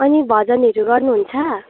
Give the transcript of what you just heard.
अनि भजनहरू गर्नुहुन्छ